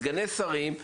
סגני שרים,